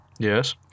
Yes